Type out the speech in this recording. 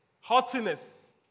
haughtiness